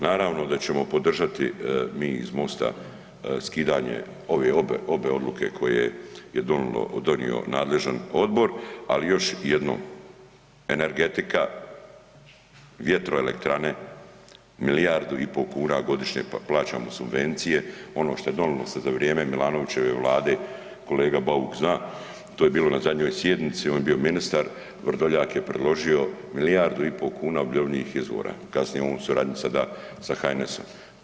Naravno da ćemo podržati mi iz MOST-a skidanje ove obe odluke koje je donijelo, donio nadležan odbor, ali još jednom, energetika, vjetroelektrane milijardu i po kuna godišnje plaćamo subvencije ono što je donilo se za vrijeme Milanovićeve vlade, kolega Bauk zna, to je bilo na zadnjoj sjednici, on je bio ministar, Vrdoljak je predložio milijardu i po kuna obnovljivih izvora kasnije on u suradnji sada sa HNS-om.